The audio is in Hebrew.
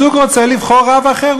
הזוג רוצה לבחור רב אחר,